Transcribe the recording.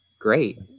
great